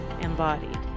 embodied